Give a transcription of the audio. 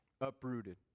Uprooted